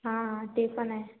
हा हा ते पण आहे